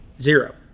zero